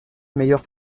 meilleur